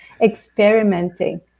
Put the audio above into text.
experimenting